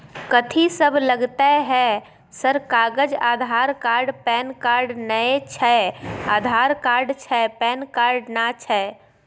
कथि सब लगतै है सर कागज आधार कार्ड पैन कार्ड नए छै आधार कार्ड छै पैन कार्ड ना छै?